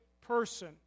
person